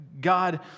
God